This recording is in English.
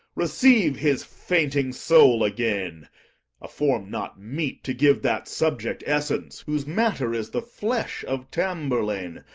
receive his fainting soul again a form not meet to give that subject essence whose matter is the flesh of tamburlaine,